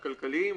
הכלכליים,